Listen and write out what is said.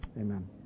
Amen